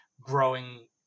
growing